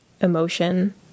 emotion